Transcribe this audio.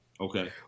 Okay